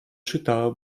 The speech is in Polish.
czyta